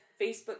Facebook